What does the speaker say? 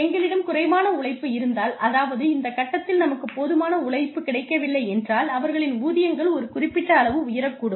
எங்களிடம் குறைவான உழைப்பு இருந்தால் அதாவது இந்த கட்டத்தில் நமக்கு போதுமான உழைப்பு கிடைக்கவில்லை என்றால் அவர்களின் ஊதியங்கள் ஒரு குறிப்பிட்ட அளவு உயரக்கூடும்